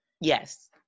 Yes